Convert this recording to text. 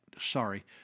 sorry